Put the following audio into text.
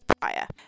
prior